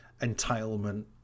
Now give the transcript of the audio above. entitlement